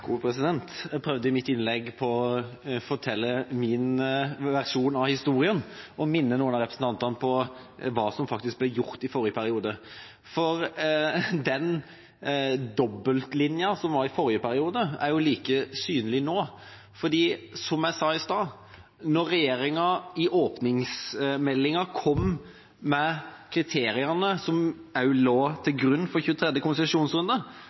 Jeg prøvde i mitt innlegg å fortelle min versjon av historien og minne noen av representantene om hva som faktisk ble gjort i forrige periode. For den dobbeltlinja som var i forrige periode, er jo like synlig nå fordi, som jeg sa i stad, når regjeringa i åpningsmeldinga kom med kriteriene som også lå til grunn for 23. konsesjonsrunde,